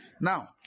Now